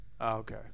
Okay